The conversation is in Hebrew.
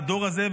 לדור הזה,